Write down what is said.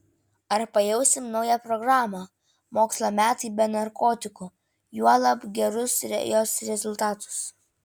ar pajausime naują programą mokslo metai be narkotikų juolab gerus jos rezultatus